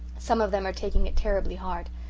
some of them are taking it terribly hard.